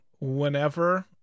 whenever